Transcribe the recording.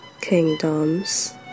Kingdoms